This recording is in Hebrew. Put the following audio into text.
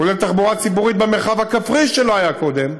כולל תחבורה ציבורית במרחב הכפרי שלא הייתה קודם.